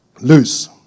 loose